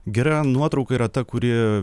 gera nuotrauka yra ta kuri